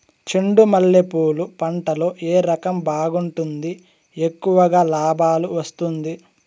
చెండు మల్లె పూలు పంట లో ఏ రకం బాగుంటుంది, ఎక్కువగా లాభాలు వస్తుంది?